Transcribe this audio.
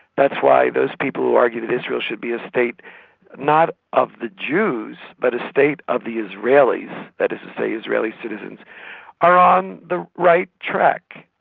that's why those people who argue that israel should be a state not of the jews but a state of the israelis that is to say israeli citizens are on the right track,